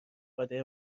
قادر